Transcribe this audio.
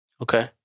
Okay